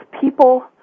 people